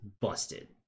busted